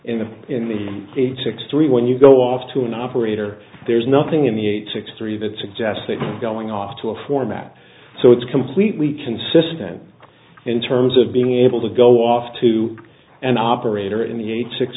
in the in the six three when you go off to an operator there's nothing in the eight six three that suggests that going off to a format so it's completely consistent in terms of being able to go off to an operator in the eight six